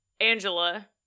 Angela